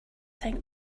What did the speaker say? think